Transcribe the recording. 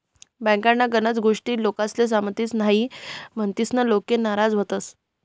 बँकन्या गनच गोष्टी लोकेस्ले समजतीस न्हयी, म्हनीसन लोके नाराज व्हतंस